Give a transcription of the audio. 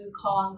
call